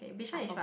bishan is what